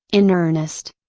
in earnest.